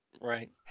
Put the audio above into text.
right